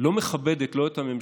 לא מכבדת לא את הממשלה.